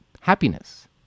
happiness